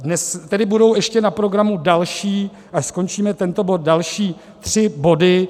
Dnes tedy budou ještě na programu, až skončíme tento bod, další tři body.